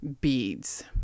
beads